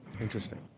Interesting